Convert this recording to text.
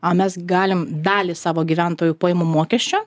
o mes galim dalį savo gyventojų pajamų mokesčio